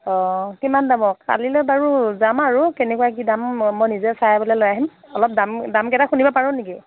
অ কিমান দামৰ কালিলৈ বাৰু যাম আৰু কেনেকুৱা কি দাম ম মই নিজে চাই পেলাই লৈ আহিম অলপ দাম দামকেইটা শুনিব পাৰোঁ নেকি